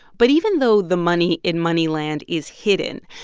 but even though the money in moneyland is hidden,